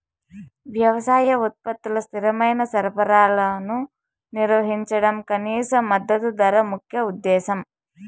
వ్యవసాయ ఉత్పత్తుల స్థిరమైన సరఫరాను నిర్వహించడం కనీస మద్దతు ధర ముఖ్య ఉద్దేశం